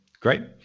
great